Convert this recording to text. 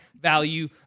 value